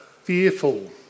fearful